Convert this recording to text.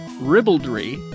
ribaldry